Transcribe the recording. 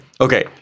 okay